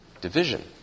Division